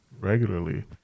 regularly